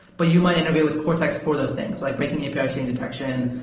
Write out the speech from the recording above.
but you might integrate with cortex for those things, like breaking apis, change detection,